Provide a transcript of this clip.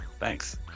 Thanks